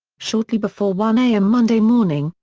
shortly before one am monday morning,